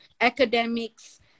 academics